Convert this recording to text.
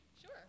Sure